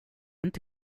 inte